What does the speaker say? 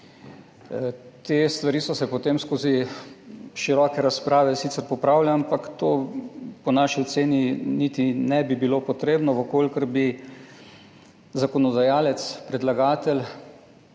Te stvari so se potem skozi široke razprave sicer popravile, ampak to po naši oceni niti ne bi bilo potrebno, če bi zakonodajalec, predlagatelj